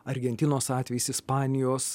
argentinos atvejis ispanijos